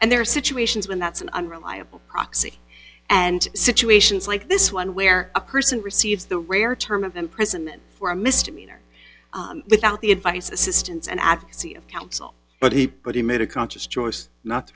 and there are situations when that's an unreliable proxy and situations like this one where a person receives the rare term of imprisonment for a misdemeanor without the advice assistance and advocacy of salt but he but he made a conscious choice not to